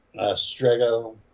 strego